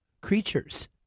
creatures